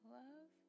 love